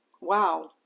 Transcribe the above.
wow